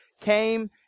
came